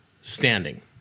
standing